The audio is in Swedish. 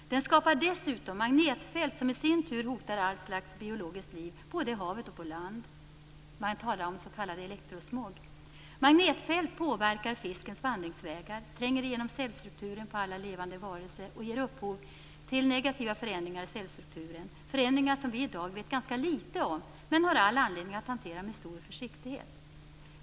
Den skapar dessutom magnetfält som i sin tur hotar allt slags biologiskt liv både i havet och på land. Man talar om s.k. elektrosmog. Magnetfält påverkar fiskens vandringsvägar, tränger igenom cellstrukturen på alla levande varelser och ger upphov till negativa förändringar i cellstrukturen, förändringar som vi i dag vet ganska litet om men har all anledning att hantera med stor försiktighet.